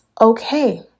okay